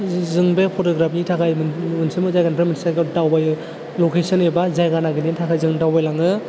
जों बे फट'ग्राफनि थाखाय मोनसे जायगानिफ्राय मोनसे जायगायाव दावबायो लकेशन एबा जायगा नागिरनो थाखाय जों दावबायलाङो